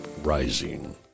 Rising